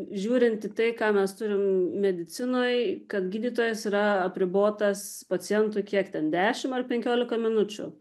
žiūrint į tai ką mes turim medicinoj kad gydytojas yra apribotas pacientui kiek ten dešimt ar penkiolika minučių